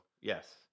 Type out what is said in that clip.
yes